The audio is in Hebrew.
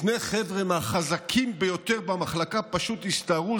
שני חבר'ה מהחזקים ביותר במחלקה פשוט הסתערו